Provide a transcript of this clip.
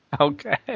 Okay